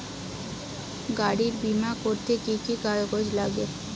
গাড়ীর বিমা করতে কি কি কাগজ লাগে?